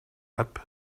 app